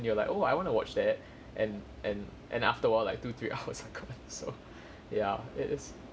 you are like oh I want to watch that and and and after a while like two three hours are gone so ya it is